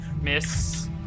Miss